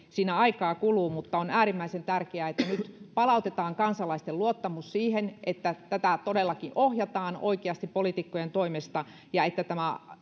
siinä aikaa kuluu mutta on äärimmäisen tärkeää että nyt palautetaan kansalaisten luottamus siihen että tätä todellakin ohjataan oikeasti poliitikkojen toimesta ja että tämä